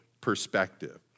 perspective